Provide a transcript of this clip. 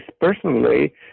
personally